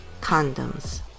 condoms